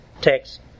text